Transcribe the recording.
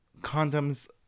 Condoms